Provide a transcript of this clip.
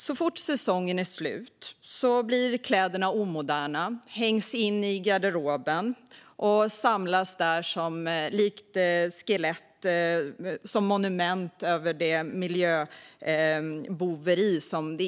Så fort säsongen är slut blir kläderna omoderna och hängs in i garderoben, där de blir monument över detta miljöboveri.